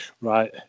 Right